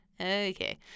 okay